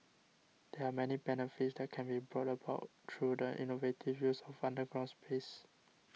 there are many benefits that can be brought about through the innovative use of underground space